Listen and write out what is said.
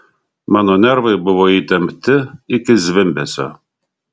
mano nervai buvo įtempti iki zvimbesio